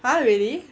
!huh! really